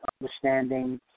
understanding